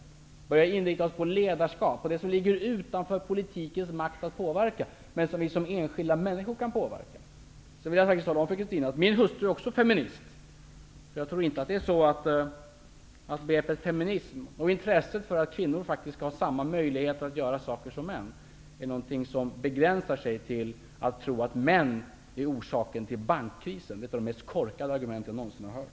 Vi skall börja inrikta oss på ledarskap, det som ligger utanför politikens makt att påverka, men som vi som enskilda människor kan påverka. Jag vill tala om för Christina Linderholm att min hustru också är feminist. Jag tror inte att begreppet feminism och intresset för att kvinnor skall ha samma möjligheter att göra saker som män är någonting som är begränsat till tron att män är orsaken till bankkrisen. Det är ett av de mest korkade argument som jag någonsin har hört.